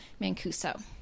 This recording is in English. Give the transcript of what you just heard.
Mancuso